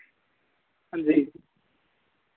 हांजी